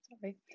Sorry